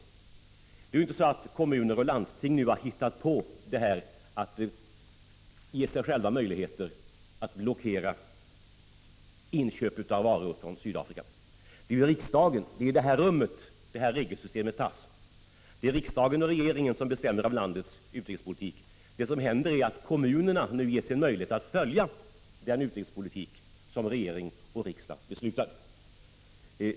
Nu är det emellertid inte så att kommuner och landsting har hittat på att ge sig själva möjligheter att blockera inköp av varor från Sydafrika. Det är ju i riksdagen, i det här rummet, som regelsystemet antas. Det är riksdagen och regeringen som bestämmer om landets utrikespolitik. Vad som händer nu är att kommunerna ges en möjlighet att följa den utrikespolitik som regering och riksdag beslutat.